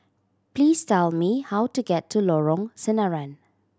please tell me how to get to Lorong Sinaran